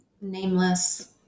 nameless